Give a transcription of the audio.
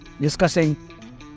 discussing